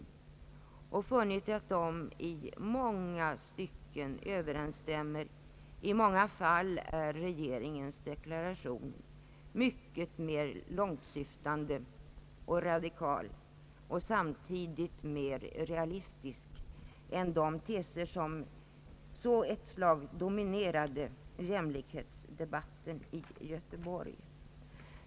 Vi har funnit att de i många stycken överensstämmer. I många fall är regeringens deklaration mycket mer långtsyftande och radikal och samtidigt mer realistisk än de teser som så en tid dominerade jämlikhetsdebatten i Göteborg.